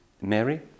Mary